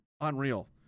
unreal